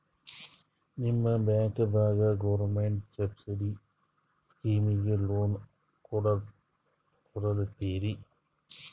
ನಿಮ ಬ್ಯಾಂಕದಾಗ government subsidy ಸ್ಕೀಮಿಗಿ ಲೊನ ಕೊಡ್ಲತ್ತೀರಿ?